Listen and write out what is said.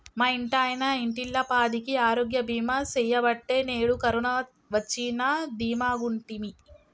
మా ఇంటాయన ఇంటిల్లపాదికి ఆరోగ్య బీమా సెయ్యబట్టే నేడు కరోన వచ్చినా దీమాగుంటిమి